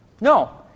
No